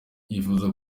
yifuza